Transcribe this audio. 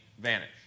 vanish